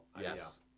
yes